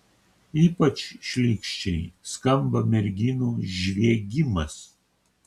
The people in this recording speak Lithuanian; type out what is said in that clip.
ypač šlykščiai skamba merginų žviegimas